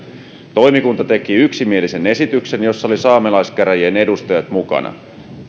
toimikunta teki yksimielisen esityksen jossa olivat saamelaiskäräjien edustajat mukana